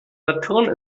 saturn